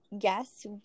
yes